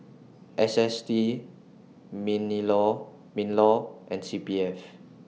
S S T minilaw MINLAW and C P F